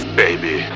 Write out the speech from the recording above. baby